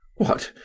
what?